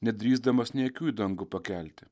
nedrįsdamas nė akių į dangų pakelti